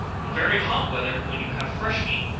in very hot weather, when you have fresh meat,